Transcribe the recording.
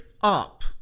up